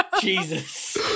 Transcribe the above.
Jesus